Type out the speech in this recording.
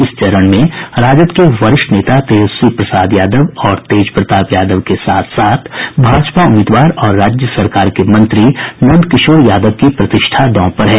इस चरण में राजद के वरिष्ठ नेता तेजस्वी प्रसाद यादव और तेज प्रताप यादव के साथ साथ भाजपा उम्मीदवार और राज्य सरकार के मंत्री नंदकिशोर यादव की प्रतिष्ठा दांव पर है